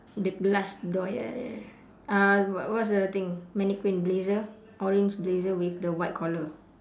the the last door ya ya ya uh what what's the thing mannequin blazer orange blazer with the white collar